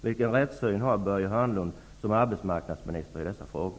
Vilken rättssyn har Börje Hörnlund som arbetsmarknadsminister i dessa frågor?